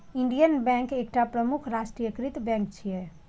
Indian bank एकटा प्रमुख राष्ट्रीयकृत बैंक छियै